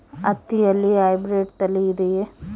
ಹತ್ತಿಯಲ್ಲಿ ಹೈಬ್ರಿಡ್ ತಳಿ ಇದೆಯೇ?